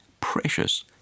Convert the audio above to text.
precious